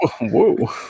Whoa